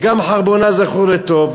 "וגם חרבונה זכור לטוב".